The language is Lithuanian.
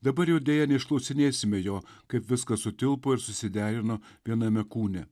dabar jau deja neišklausinėsime jo kaip viskas sutilpo ir susiderino viename kūne